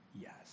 yes